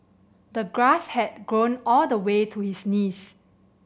the grass had grown all the way to his knees